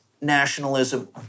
nationalism